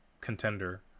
contender